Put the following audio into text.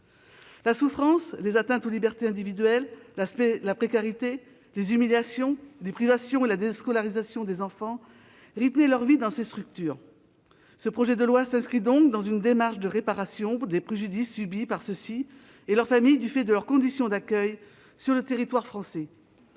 La souffrance, les atteintes aux libertés individuelles, la précarité, les humiliations, les privations et la déscolarisation des enfants ont marqué la vie de ces structures. Ce projet de loi s'inscrit donc dans une démarche de réparation des préjudices subis par ces personnes du fait de leurs conditions d'accueil sur le territoire français.